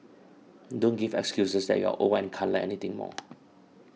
don't give excuses that you're old and can't Learn Anything anymore